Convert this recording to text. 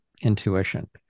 intuition